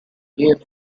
you’ve